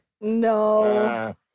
No